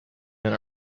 men